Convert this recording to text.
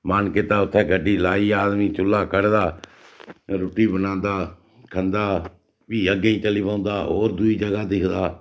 मन कीता उत्थें गड्डी लाई आदमी चुल्ला कढदा रुट्टी बनांदा खंदा फ्ही अग्गें गी चली पौंदा होर दुई जगह् दिखदा